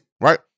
right